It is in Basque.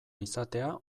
izatea